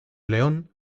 león